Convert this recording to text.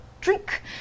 drink